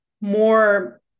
more